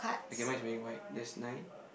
okay mine is wearing white there's nine